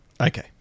Okay